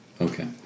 Okay